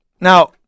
Now